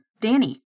Danny